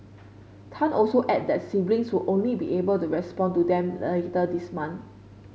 Tan also added that siblings would only be able to respond to them later this month